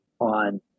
on